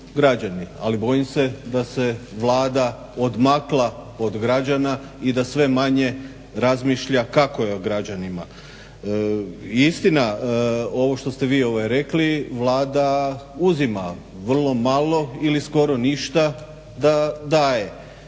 ali bojim se da se Vlada odmakla od građana i da sve manje razmišlja kako je građanima. I istina, ovo što ste vi rekli, Vlada uzima vrlo malo ili skoro ništa da daje